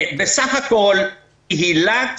בסך הכול קהילת